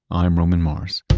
i'm roman mars